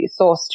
sourced